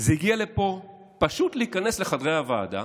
זה הגיע לפה, פשוט להיכנס לחברי הוועדה